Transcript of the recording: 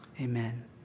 Amen